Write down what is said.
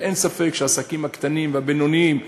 אין ספק שהעסקים הקטנים והבינוניים,